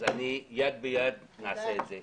יד ביד נעשה את זה.